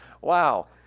Wow